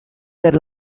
per